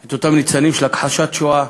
את אותם ניצנים של הכחשת השואה,